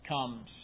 comes